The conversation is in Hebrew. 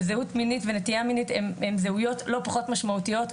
וזהות מינית ונטייה מינית הן זהויות לא פחות משמעותיות,